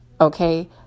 okay